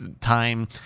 time